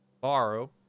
borrow